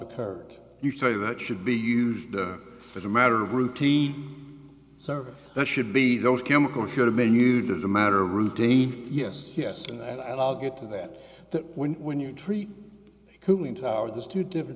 occurred you say that should be used for the matter of routine service there should be those chemicals should have been used as a matter of routine yes yes and i'll get to that that we when you treat cooling towers there's two different